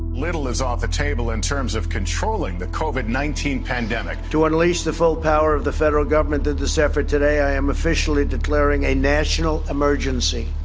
little is off the table, in terms of controlling the covid nineteen pandemic. to unleash the full power of the federal government through this effort today i am officially declaring a national emergency.